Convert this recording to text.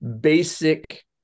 basic